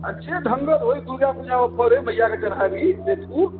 आओर जे ढङ्गर होइ दुरगा पूजामे चढ़ै मइआकेँ चढ़ाबी जे फूल